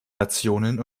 nationen